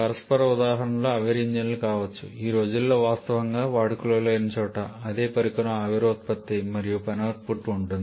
పరస్పర ఉదాహరణలు ఆవిరి ఇంజన్లు కావచ్చు ఈ రోజుల్లో వాస్తవంగా వాడుకలో లేని చోట అదే పరికరంలో ఆవిరి ఉత్పత్తి మరియు పని అవుట్పుట్ ఉంది